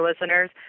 listeners